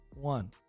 One